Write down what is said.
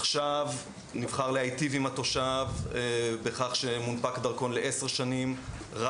עכשיו מוכר להיטיב עם התושב בכך שמונפק דרכון לעשר שנים,